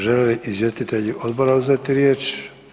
Žele li izvjestitelji odbora uzeti riječ?